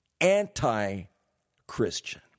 anti-Christian